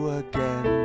again